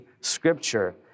scripture